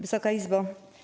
Wysoka Izbo!